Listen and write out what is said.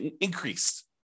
increased